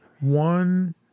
one